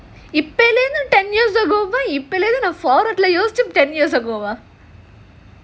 இப்போல இருந்து:ipola irunthu ten year ago